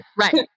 right